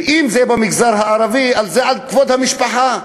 ואם זה במגזר הערבי, זה על כבוד המשפחה.